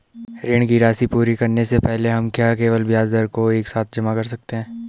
ऋण की राशि पूरी करने से पहले हम क्या केवल ब्याज दर को एक साथ जमा कर सकते हैं?